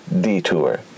detour